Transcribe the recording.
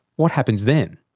what happens then?